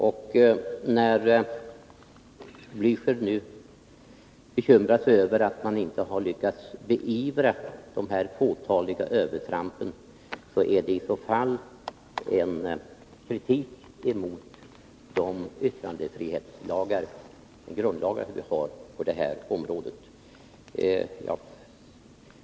När Raul Blächer nu bekymrar sig över att man inte har lyckats beivra de fåtaliga övertrampen är det i så fall en kritik mot de grundlagar som vi har på det här området.